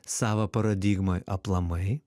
savo paradigmoj aplamai